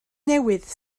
newydd